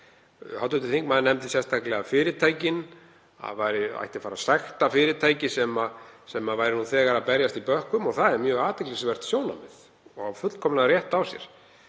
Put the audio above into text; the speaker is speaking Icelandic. Hv. þingmaður nefndi sérstaklega fyrirtækin, að það ætti að fara að sekta fyrirtæki sem væru nú þegar að berjast í bökkum og það er mjög athyglisvert sjónarmið og á fullkomlega rétt á sér.